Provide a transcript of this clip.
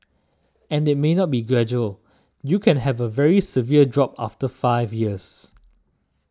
and it may not be gradual you can have a very severe drop over the five years